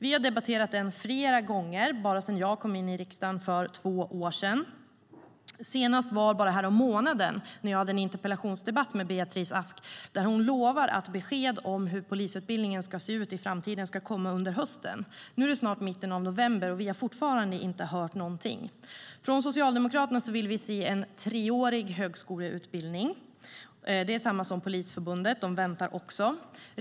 Vi har debatterat den flera gånger sedan jag kom in i riksdagen för två år sedan, senast bara härommånaden, när jag hade en interpellationsdebatt med Beatrice Ask där hon lovade att besked om hur polisutbildningen ska se ut i framtiden skulle komma under hösten. Nu är det snart mitten av november, och vi har fortfarande inte hört någonting. Vi i Socialdemokraterna vill se en treårig högskoleutbildning, liksom Polisförbundet, som också väntar.